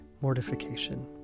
mortification